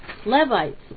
Levites